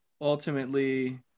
ultimately